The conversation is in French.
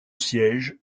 siège